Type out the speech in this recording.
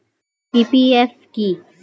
PPF কি?